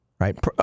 right